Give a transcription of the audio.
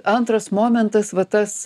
antras momentas va tas